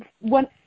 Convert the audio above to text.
one